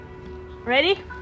ready